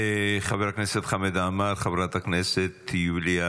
חבר הכנסת חמד עמאר, חברת הכנסת יוליה